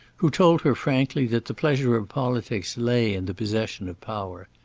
who told her frankly that the pleasure of politics lay in the possession of power.